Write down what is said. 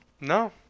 No